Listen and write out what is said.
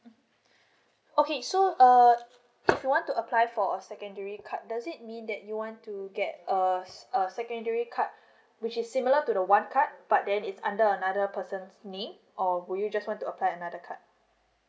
okay so uh if you want to apply for a secondary card does it mean that you want to get uh a secondary card which is similar to the one card but then it's under another person's name or would you just want to apply another card